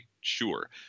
sure